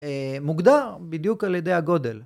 מוגדר בדיוק על ידי הגודל